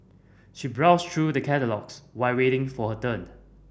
she browsed true the catalogues while waiting for her turn